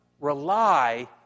rely